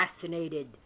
fascinated